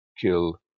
kill